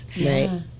right